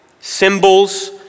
symbols